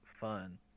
fun